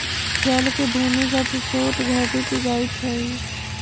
जल के भूमिगत स्रोत घटित जाइत हई